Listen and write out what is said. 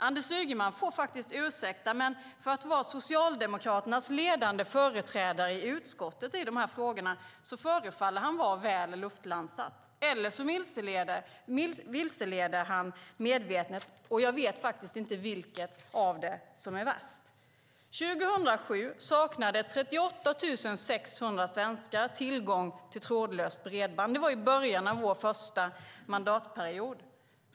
Anders Ygeman får faktiskt ursäkta, men för att vara Socialdemokraternas ledande företrädare i utskottet i de här frågorna förefaller han vara väl luftlandsatt, eller så vilseleder han medvetet. Jag vet faktiskt inte vilket som är värst. År 2007 saknade 38 600 svenskar tillgång till trådlöst bredband. Det var i början av vår första mandatperiod.